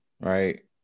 Right